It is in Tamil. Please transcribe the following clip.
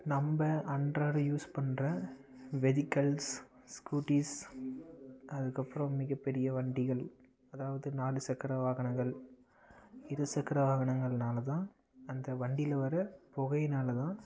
நம்ம அன்றாடம் யூஸ் பண்ணுற வெஹிக்கல்ஸ் ஸ்கூட்டீஸ் அதுக்கப்புறம் மிகப்பெரிய வண்டிகள் அதாவது நாலு சக்கர வாகனங்கள் இரு சக்கர வாகனங்கள்னால் தான் அந்த வண்டியில் வர புகையினால் தான்